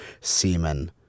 semen